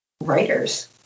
writers